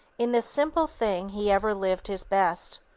in this simple thing, he ever lived his best.